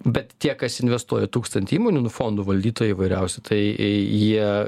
bet tie kas investuoja į tūkstantį įmonių nu fondų valdytojai įvairiausi tai jie